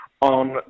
on